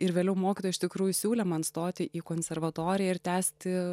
ir vėliau mokytoja iš tikrųjų siūlė man stoti į konservatoriją ir tęsti